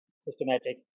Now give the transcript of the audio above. systematic